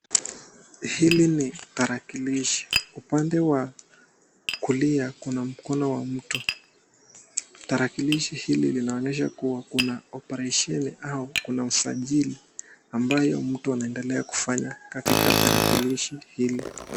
Hili ni tarakilishi, upande wa kulia kuna mkono wa mtu, tarakilishi hili linaonyesha kuwa kuna oparesheni au kuna usajili ambayo mtu anaendelea kufanya , katika tarakilishi hili.